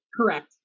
Correct